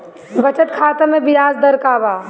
बचत खाता मे ब्याज दर का बा?